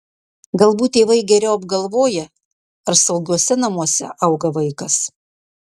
galbūt tėvai geriau apgalvoja ar saugiuose namuose auga vaikas